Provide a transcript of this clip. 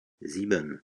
sieben